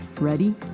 Ready